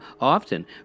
often